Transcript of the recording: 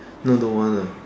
no don't want ah